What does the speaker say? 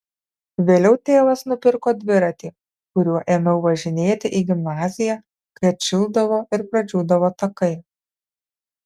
vėliau tėvas nupirko dviratį kuriuo ėmiau važinėti į gimnaziją kai atšildavo ir pradžiūdavo takai